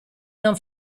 non